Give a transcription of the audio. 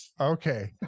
Okay